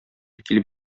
килеп